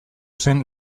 zen